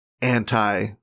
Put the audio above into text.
anti-